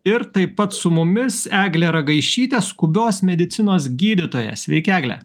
ir taip pat su mumis eglė ragaišytė skubios medicinos gydytojas sveiki egle